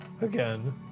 Again